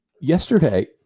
yesterday